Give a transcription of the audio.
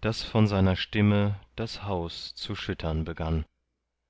daß von seiner stimme das haus zu schüttern begann